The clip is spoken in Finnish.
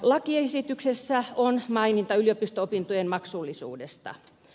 lakiesityksessä on maininta yliopisto opintojen maksullisuudesta